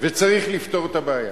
וצריך לפתור את הבעיה.